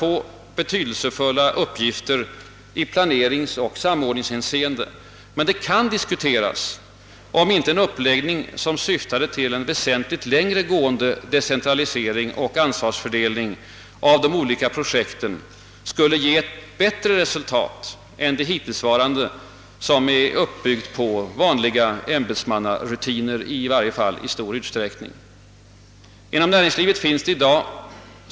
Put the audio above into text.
få betydelsefulla uppgifter i planeringsoch samordningshänseende, men det kan diskuteras, om inte en uppläggning som syftade till en väsentligt längre gående decentralisering och ansvarsfördelning beträffande de olika projekten skulle ge ett bättre resultat än det hittillsvarande systemet medfört, ett.system som i varje fall i stor utsträckning är uppbyggt på vanliga ämbetsmannarutiner.